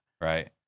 Right